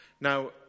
Now